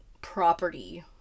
property